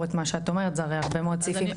את מה שאת אומרת כי זה הרבה מאוד סעיפים,